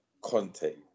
Conte